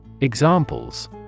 Examples